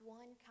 one